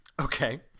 Okay